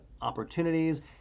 opportunities